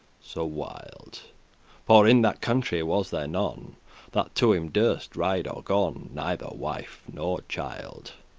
so wild for in that country was there none that to him durste ride or gon, neither wife nor child.